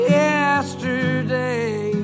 yesterday